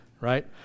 right